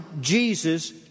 Jesus